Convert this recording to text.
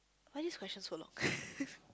why this questions so long